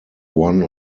one